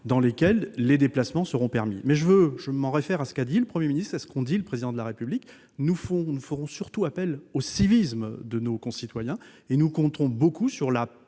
dans lesquels les déplacements seront permis. Néanmoins, je me réfère à ce qu'ont dit le Premier ministre et le Président de la République : nous ferons surtout appel au civisme de nos concitoyens. Nous comptons beaucoup sur la